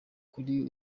kuri